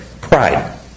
Pride